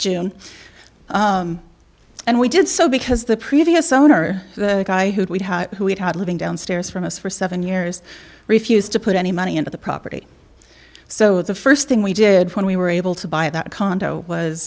june june and we did so because the previous owner the guy who who had had living downstairs from us for seven years refused to put any money into the property so the first thing we did when we were able to buy that condo was